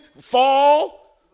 fall